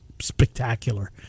spectacular